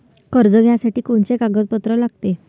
कर्ज घ्यासाठी कोनचे कागदपत्र लागते?